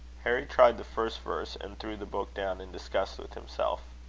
harry tried the first verse, and threw the book down in disgust with himself.